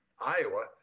Iowa